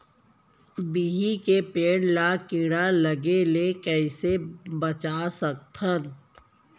बिही के पेड़ ला कीड़ा लगे ले कइसे बचा सकथन?